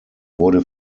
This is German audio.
wurde